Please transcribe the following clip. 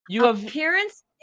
Appearance